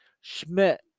Schmidt